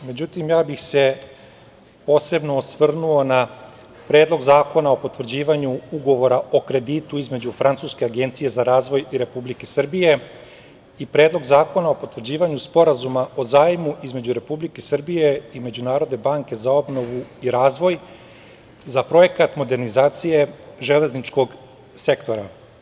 Međutim, ja bih se posebno osvrnuo na Predlog zakona o potvrđivanju Ugovora o kreditu između francuske Agencije za razvoj i Republike Srbije i Predlog zakona o potvrđivanju Sporazuma o zajmu između Republike Srbije i Međunarodne banke za obnovu i razvoj za projekat modernizacije železničkog sektora.